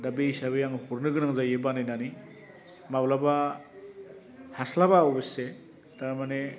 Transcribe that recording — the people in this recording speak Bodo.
दा बे हिसाबै आङो हरनो गोनां जायो बानायनानै माब्लाबा हास्लाबा अबसे दा मानि